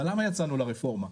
אבל למה יצאנו לרפורמה?